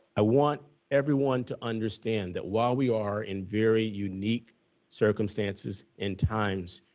i want everyone to understand that while we are in very unique circumstances in times,